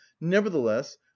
nevertheless